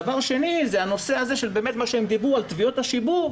דבר שני הוא מה שהם ציינו לגבי תביעות השיבוב,